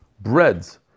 breads